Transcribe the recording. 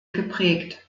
geprägt